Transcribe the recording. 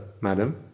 Madam